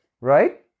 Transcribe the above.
Right